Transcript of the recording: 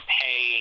pay